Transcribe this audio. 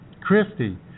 Christie